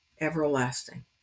everlasting